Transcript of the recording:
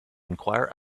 enquire